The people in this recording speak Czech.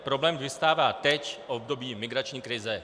Problém vyvstává teď, v období migrační krize.